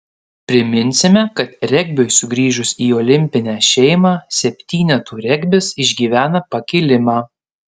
priminsime kad regbiui sugrįžus į olimpinę šeimą septynetų regbis išgyvena pakilimą